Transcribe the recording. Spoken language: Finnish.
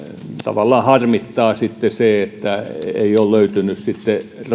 tavallaan harmittaa se että ei ole löytynyt sitten